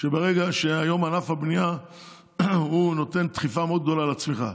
היום ענף הבנייה נותן דחיפה מאוד גדולה לצמיחה,